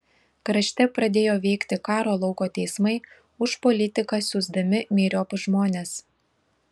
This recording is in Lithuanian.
krašte pradėjo veikti karo lauko teismai už politiką siųsdami myriop žmones